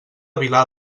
vilar